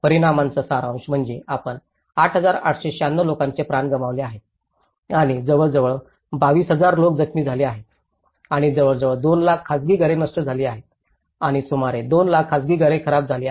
परिणामांचा सारांश म्हणजे आपण 8896 लोकांचे प्राण गमावले आहेत आणि जवळजवळ 22000 लोक जखमी झाले आहेत आणि जवळजवळ 2 लाख खासगी घरे नष्ट झाली आहेत आणि सुमारे दोन लाख खासगी घरे खराब झाली आहेत